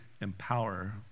empower